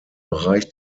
bereich